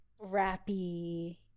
rappy